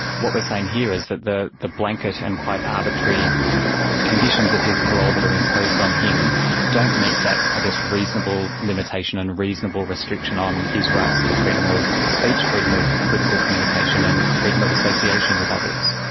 what we're saying here is that the the blanket and quite arbitrary conditions of his parole that are imposed on him don't meet that, i guess, reasonable limitation, and reasonable restriction on his rights to freedom of speech, freedom of political communication and freedom of association with others.